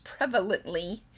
prevalently